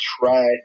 try